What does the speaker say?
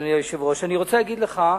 אדוני היושב-ראש, אני רוצה להגיד לך: